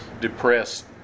depressed